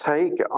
Take